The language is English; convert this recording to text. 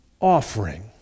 offering